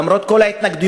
למרות כל ההתנגדויות